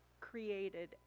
created